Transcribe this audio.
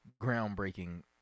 groundbreaking